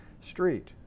street